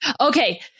Okay